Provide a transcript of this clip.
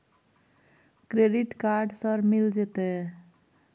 Credit card सर मिल जेतै?